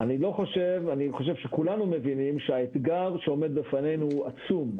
אני חושב שכולנו מבינים שהאתגר שעומד בפנינו הוא עצום,